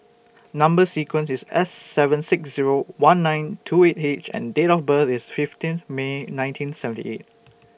Number sequence IS S seven six Zero one nine two eight H and Date of birth IS fifteen May nineteen seventy eight